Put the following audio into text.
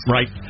Right